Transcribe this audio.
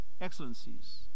Excellencies